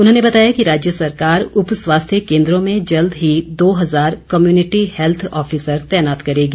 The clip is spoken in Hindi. उन्होंने बताया कि राज्य सरकार उपस्वास्थ्य केन्द्रो में जल्द ही दो हज़ार कम्यूनिटी हैल्थ ऑफिसर तैनात करेगी